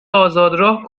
آزادراه